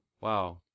wow